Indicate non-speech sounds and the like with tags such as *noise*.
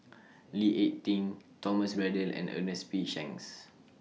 *noise* Lee Ek Tieng Thomas Braddell and Ernest P Shanks